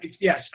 Yes